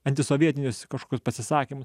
antisovietinius kažkokius pasisakymus